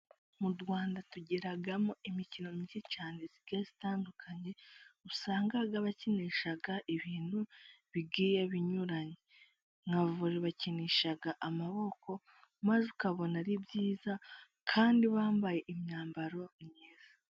Mu Rwanda, tugiramo imikino myinshi cyane igiye itandukanye, usanga abakinisha ibintu bigiye binyuranye, nka vore bakinisha amaboko maze ukabona ari byiza kandi bambaye imyambaro myiza.